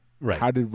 Right